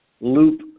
loop